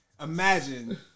Imagine